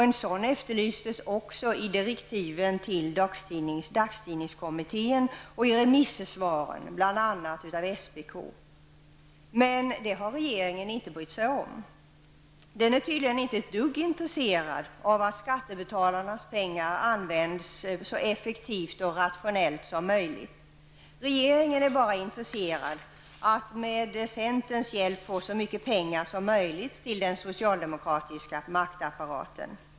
En sådan efterlystes också i direktiven till dagstidningskommittén och i remissvaren bl.a. av SPK. Men det har regeringen inte brytt sig om. Man är tydligen inte ett dugg intresserad av att skattebetalarnas pengar används så effektivt och rationellt som möjligt. Regeringen är bara intresserad av att med centerns hjälp få så mycket pengar som möjligt till den socialdemokratiska maktapparaten.